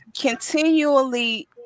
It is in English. continually